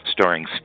starring